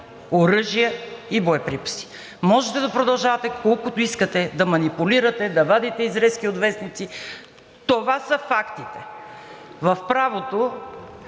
оръжия и боеприпаси. Може да продължавате колкото искате да манипулирате, да вадите изрезки от вестници, това са фактите. В правото